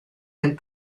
and